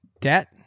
debt